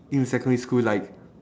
in secondary school like